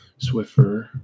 Swiffer